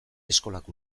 eskolak